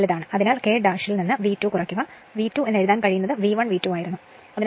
അതിനാൽ K ഇൽ നിന്ന് V 2 കുറയ്ക്കുക V2 എന്ന് എഴുതാൻ കഴിയുന്നത് V 1 V 2 ആയിരുന്നു